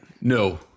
No